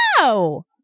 No